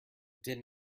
did